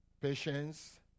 patience